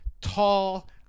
tall